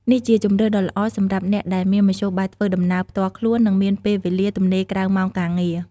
នេះជាជម្រើសដ៏ល្អសម្រាប់អ្នកដែលមានមធ្យោបាយធ្វើដំណើរផ្ទាល់ខ្លួន និងមានពេលវេលាទំនេរក្រៅម៉ោងការងារ។